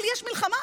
אבל יש מלחמה.